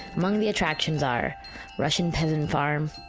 among the attractions are russian peasant farm,